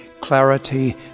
clarity